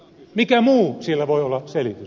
mikä muu siellä voi olla selitys